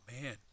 man